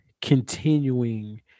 continuing